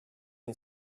and